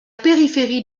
périphérie